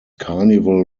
carnival